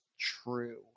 true